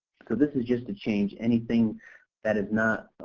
so this is just to change anything that is not,